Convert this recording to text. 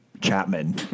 Chapman